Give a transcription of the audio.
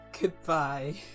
Goodbye